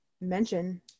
mention